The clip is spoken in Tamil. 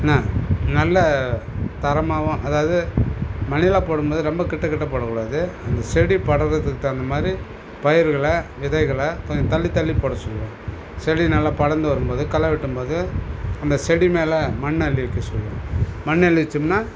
என்ன நல்ல தரமாகவும் அதாவது மணிலா போடும்போது ரொம்ப கிட்ட கிட்ட போடக் கூடாது அந்த செடி படர்றதுக்கு தகுந்த மாதிரி பயிறுகளை விதைகளை கொஞ்சம் தள்ளி தள்ளி போட சொல்லுவேன் செடி நல்லா படர்ந்து வரும் போது களை வெட்டும் போது அந்த செடி மேலே மண் அள்ளி வைக்க சொல்லுவேன் மண் அள்ளி வச்சோம்னா